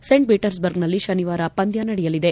scent ಪೀಟರ್ಬರ್ಗ್ನಲ್ಲಿ ಶನಿವಾರ ಪಂದ್ಯ ನಡೆಯಲಿದೆ